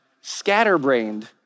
scatterbrained